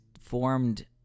formed